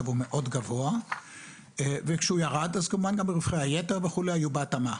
הוא מאוד גבוה וכשהוא ירד אז כמובן גם ברווחי היתר וכולי היו בהתאמה.